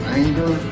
anger